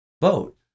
boat